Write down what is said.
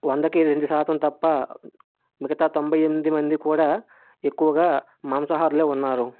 వందకి రెండు శాతం తప్ప మిగతా తొంభై ఎనిమిది మంది కూడా ఎక్కువగా మాంసాహారులే ఉన్నారు